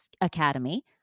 Academy